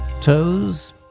toes